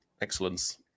excellence